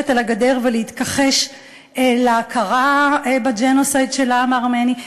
על הגדר ולהתכחש להכרה בג'נוסייד של העם הארמני?